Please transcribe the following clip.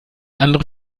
andere